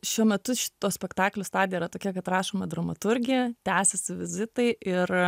šiuo metu to spektaklio stadija yra tokia kad rašoma dramaturgija tęsiasi vizitai ir